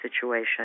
situation